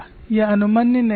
वह अनुमन्य नहीं है